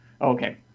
Okay